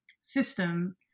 system